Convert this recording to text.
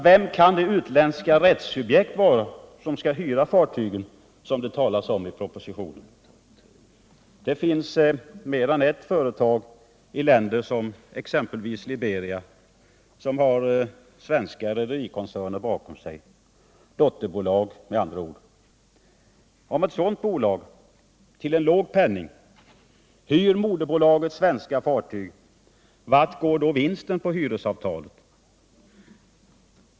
Vem kan det ”utländska rättssubjekt” vara som skall hyra de fartyg som det talas om i propositionen? Det finns mer än ett företag i länder som exempelvis Liberia som har svenska rederikoncerner — dotterbolag med andra ord — bakom sig. Om ett sådant bolag till en låg penning hyr moderbolagets svenska fartyg, vart går då vinsten på hyresavtalet?